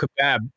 kebab